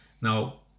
Now